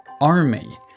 army